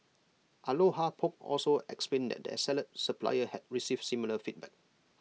aloha poke also explained that their salad supplier had received similar feedback